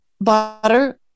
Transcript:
butter